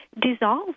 dissolve